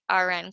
RN